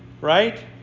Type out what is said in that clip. Right